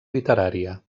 literària